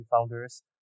founders